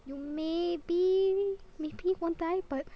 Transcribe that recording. you maybe maybe won't die but